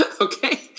Okay